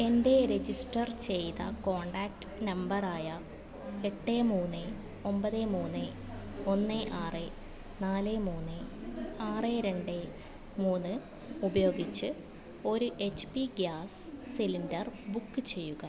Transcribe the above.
എൻ്റെ രജിസ്റ്റർ ചെയ്ത കോൺടാക്റ്റ് നമ്പറായ എട്ട് മൂന്ന് ഒമ്പത് മൂന്ന് ഒന്ന് ആറ് നാല് മൂന്ന് ആറ് രണ്ട് മൂന്ന് ഉപയോഗിച്ച് ഒരു H P gas cylinder book ചെയ്യുക